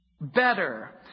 better